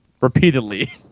repeatedly